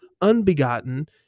unbegotten